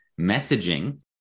messaging